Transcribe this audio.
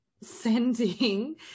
sending